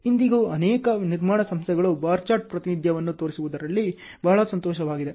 ಇಂದಿಗೂ ಅನೇಕ ನಿರ್ಮಾಣ ಸಂಸ್ಥೆಗಳು ಬಾರ್ ಚಾರ್ಟ್ ಪ್ರಾತಿನಿಧ್ಯವನ್ನು ತೋರಿಸುವುದರಲ್ಲಿ ಬಹಳ ಸಂತೋಷವಾಗಿದೆ